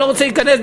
אני לא רוצה להיכנס,